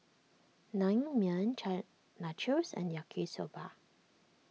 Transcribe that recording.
Naengmyeon Nachos and Yaki Soba